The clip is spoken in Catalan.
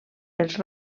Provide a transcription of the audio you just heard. els